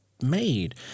made